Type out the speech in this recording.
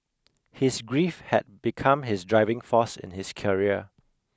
his grief had become his driving force in his career